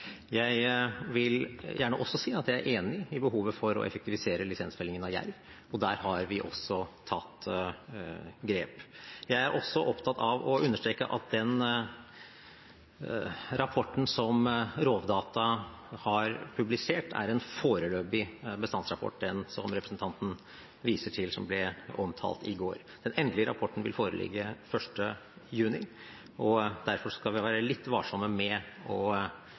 Jeg vil gjerne også si at jeg er enig i behovet for å effektivisere lisensfellingen av jerv, og der har vi også tatt grep. Jeg er også opptatt av å understreke at den rapporten som Rovdata har publisert, er en foreløpig bestandsrapport – den som representanten viser til, og som ble omtalt i går. Den endelige rapporten vil foreligge 1. juni, og derfor skal vi være litt varsomme med å